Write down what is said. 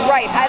Right